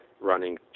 running